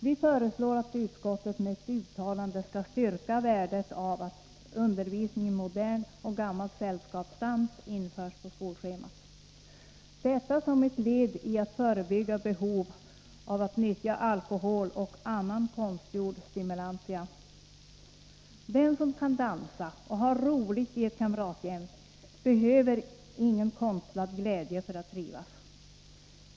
Vi föreslår att utskottet med ett uttalande skall styrka värdet av att undervisning i modern och gammal sällskapsdans införs på skolschemat — detta som ett led i att förebygga nyttjandet av alkohol och annan konstgjord stimulantia. Den som kan dansa och ha roligt i ett kamratgäng behöver inte konstlad glädje för att trivas.